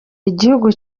igihugu